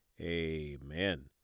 amen